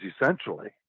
essentially